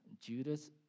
Judas